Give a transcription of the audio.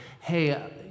hey